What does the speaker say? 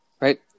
Right